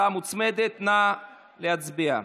הצעה מוצמדת, נא להצביע.